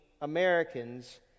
Americans